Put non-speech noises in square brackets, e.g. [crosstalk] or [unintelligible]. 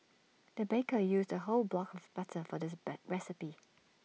the baker used A whole block of butter for this [unintelligible] recipe